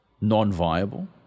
non-viable